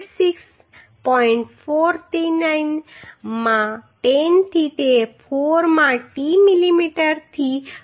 49 માં 10 થી તે 4 માં t મિલીમીટર થી 4